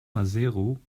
maseru